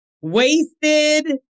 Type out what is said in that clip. Wasted